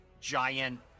giant